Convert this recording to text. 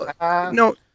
no